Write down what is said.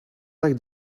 like